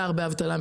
אבטלה,